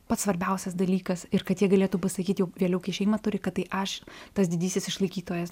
pats svarbiausias dalykas ir kad jie galėtų pasakyti jau vėliau kai šeimą turi kad tai aš tas didysis išlaikytojas